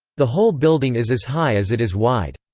the whole building is as high as it is wide.